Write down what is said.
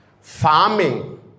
farming